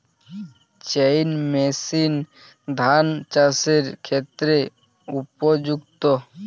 Chain machine ধান চাষের ক্ষেত্রে উপযুক্ত?